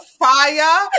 fire